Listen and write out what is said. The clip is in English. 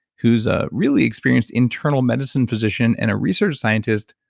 who's a really experienced internal medicine physician and a research scientist,